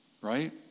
Right